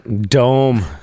Dome